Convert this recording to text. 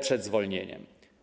przed zwolnieniem.